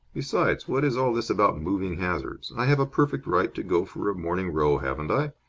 besides, what is all this about moving hazards? i have a perfect right to go for a morning row, haven't i?